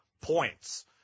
points